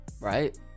Right